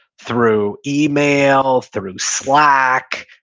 through email, through slack.